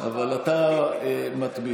אבל אתה מתמיד.